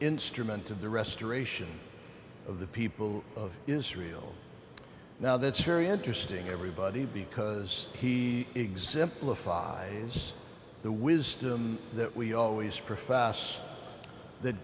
instrument of the restoration of the people of israel now that's very interesting everybody because he exemplifies the wisdom that we always profess that